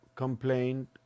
complaint